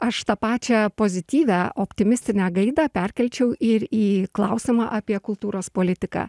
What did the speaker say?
aš tą pačią pozityvią optimistinę gaidą perkelčiau ir į klausimą apie kultūros politiką